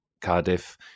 cardiff